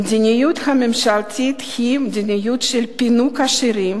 המדיניות הממשלתית היא מדיניות של פינוק עשירים